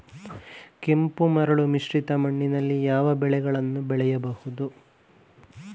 ಕೆಂಪು ಮರಳು ಮಿಶ್ರಿತ ಮಣ್ಣಿನಲ್ಲಿ ಯಾವ ಬೆಳೆಗಳನ್ನು ಬೆಳೆಸಬಹುದು?